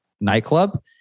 nightclub